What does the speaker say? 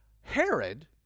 Herod